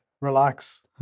Relax